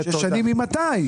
שש שנים ממתי?